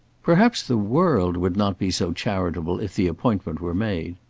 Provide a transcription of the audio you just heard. perhaps the world would not be so charitable if the appointment were made.